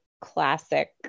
classic